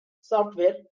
software